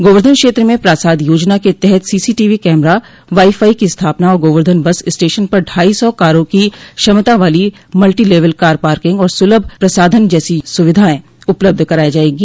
गोवर्धन क्षेत्र में प्रासाद योजना के तहत सीसी टीवी कैमरा वाईफाई की स्थापना और गोवर्धन बस स्टेशन पर ढाई सौ कारों की क्षमता वाली मल्टीलेविल कार पार्किंग और सुलभ प्रसाधन जैसी सुविधाएं उपलब्ध कराई जायेंगी